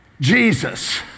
Jesus